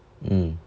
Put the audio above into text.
mm